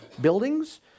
buildings